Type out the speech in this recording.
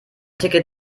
ticket